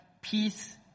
peace